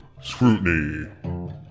scrutiny